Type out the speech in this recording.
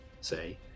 say